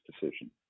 decision